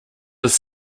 his